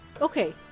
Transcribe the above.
Okay